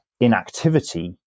inactivity